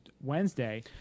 Wednesday